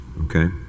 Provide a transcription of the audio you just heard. okay